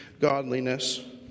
godliness